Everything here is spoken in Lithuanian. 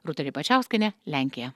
rūta ribačiauskienė lenkija